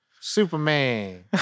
Superman